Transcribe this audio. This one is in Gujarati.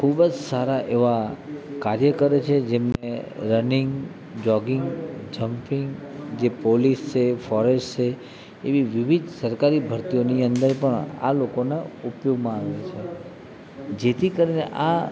ખૂબ જ સારા એવા કાર્ય કરે છે જેમ કે રનિંગ જોગિંગ જમ્પિંગ જે પોલીસ છે ફોરેસ્ટ છે એવી વિવિધ સરકારી ભરતીઓની અંદર પણ આ લોકોના ઉપયોગમાં આવે છે જેથી કરીને આ